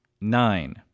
Nine